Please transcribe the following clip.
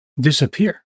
disappear